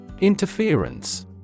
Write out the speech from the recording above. interference